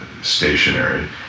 stationary